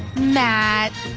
matt.